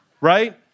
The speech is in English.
Right